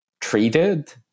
treated